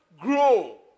grow